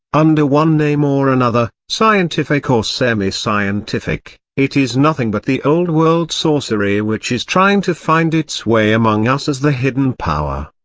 under one name or another, scientific or semi-scientific, it is nothing but the old-world sorcery which is trying to find its way among us as the hidden power.